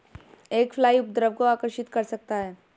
एक फ्लाई उपद्रव को आकर्षित कर सकता है?